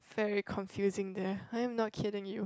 very confusing there I am not kidding you